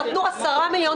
נתנו 10 מיליון,